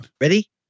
Ready